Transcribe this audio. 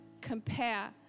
compare